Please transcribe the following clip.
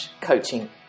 coaching